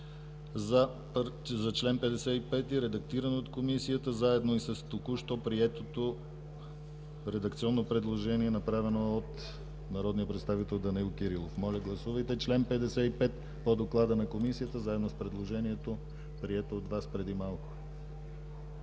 за чл. 55, редактиран от Комисията, заедно с току-що приетото редакционно предложение, направено от народния представител Данаил Кирилов. Моля, гласувайте чл. 55 по доклада на Комисията, заедно с предложението, прието от вас преди малко.